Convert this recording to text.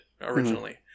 originally